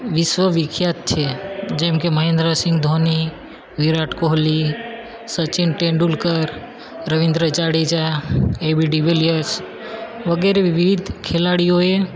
વિશ્વ વિખ્યાત છે જેમકે મહેન્દ્ર સિંગ ધોની વિરાટ કોહલી સચિન તેંડુલકર રવીન્દ્ર જાડેજા એબી ડિવિલીયસ વગેરે વિવિધ ખેલાડીઓએ